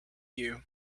you